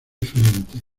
diferentes